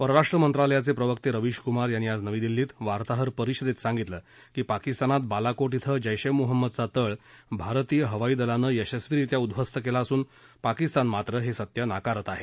परराष्ट्र मंत्रालयाचे प्रवक्ते रवीश कुमार यांनी आज नवी दिल्ली धें वार्ताहर परिषदेत सांगितलं की पाकिस्तानात बालाकोट थे जैश ए मुहम्मदचा तळ भारतीय हवाई दलानं यशस्वीरीत्या उद्ध्वस्त केला असून पाकिस्तान मात्र हे सत्य नाकारत आहे